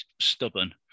stubborn